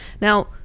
Now